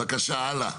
בבקשה, הלאה.